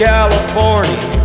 California